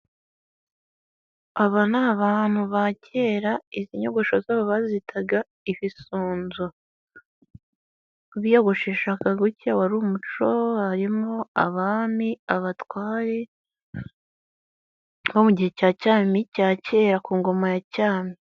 Aba ni abantu ba cyera, izi nyogosho zabo bazitaga ibisunzu. Mu biyogosheshaga gutyo wari umuco harimo abami, abatware bo mu gihe cya cyami, cya cyera ku ngoma ya cyami.